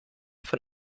von